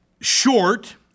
short